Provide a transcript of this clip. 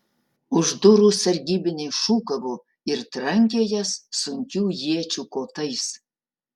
už durų sargybiniai šūkavo ir trankė jas sunkių iečių kotais